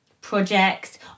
projects